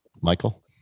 Michael